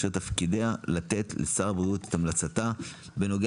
אשר תפקידיה לתת לשר הבריאות את המלצתה בנוגע